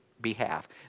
behalf